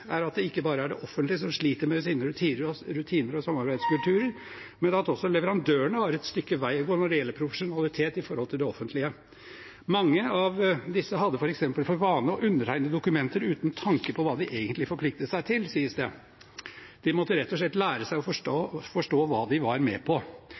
er at det ikke bare er det offentlige som sliter med sine rutiner og samarbeidskulturer, men at også leverandørene har et stykke vei å gå når det gjelder profesjonalitet, i forhold til det offentlige. Mange av disse hadde f.eks. for vane å undertegne dokumenter uten tanke på hva de egentlig forpliktet seg til, sies det. De måtte rett og slett lære seg å forstå hva de var med på.